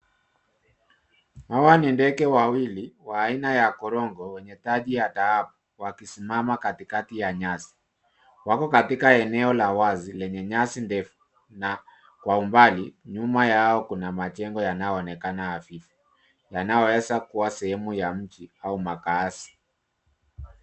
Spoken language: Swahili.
Hawa ni ndege wawili wa aina ya korongo wenye taji ya dhahabu wakisimama katikati ya nyasi. Wako katika eneo la wazi lenye nyasi ndefu na kwa umbali nyuma yao kuna majengo yanaonekana hafifu yanayoweza kuwa sehemu ya mji au makaazi.